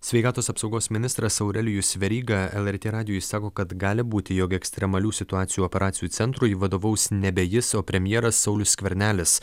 sveikatos apsaugos ministras aurelijus veryga lrt radijui sako kad gali būti jog ekstremalių situacijų operacijų centrui vadovaus nebe jis o premjeras saulius skvernelis